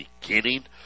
beginning